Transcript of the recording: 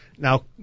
Now